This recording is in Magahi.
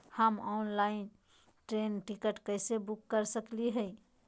हम ऑनलाइन ट्रेन टिकट कैसे बुक कर सकली हई?